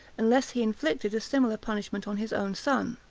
unless he inflicted a similar punishment on his own son.